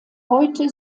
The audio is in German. heute